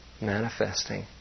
manifesting